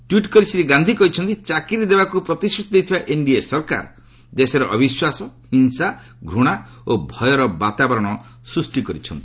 tweet କରି ଶ୍ରୀ ଗାନ୍ଧି କହିଛନ୍ତି ଚାକିରି ଦେବାକୁ ପ୍ରତିଶ୍ରତି ଦେଇଥିବା ଏନ୍ଡିଏ ସରକାର ଦେଶରେ ଅବିଶ୍ୱାସ ହିଂସା ଘୂଶା ଓ ଭୟର ବାତାବରଣ ସୃଷ୍ଟି କରିଛନ୍ତି